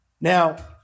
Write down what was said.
Now